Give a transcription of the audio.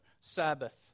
Sabbath